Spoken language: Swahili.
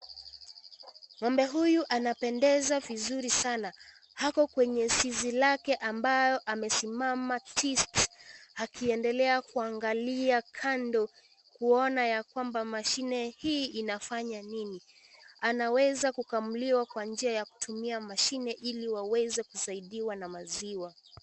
Ng'ombe huyu, anapendeza vizuri sana. Ako kwenye zizi lake, ambao amesimama tisti, akiendelea kuangalia kando, kuona ya kwamba mashine hii inafanya nini. Anaweza kukamuliwa kwa njia ya kutumia mashine ,ili waweze kusaidiwa na maziwa.